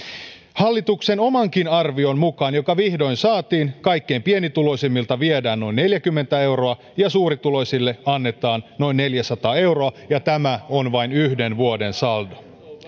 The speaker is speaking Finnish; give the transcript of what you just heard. hallituksen omankin arvion mukaan joka vihdoin saatiin kaikkein pienituloisimmilta viedään noin neljäkymmentä euroa ja suurituloisille annetaan noin neljäsataa euroa ja tämä on vain yhden vuoden saldo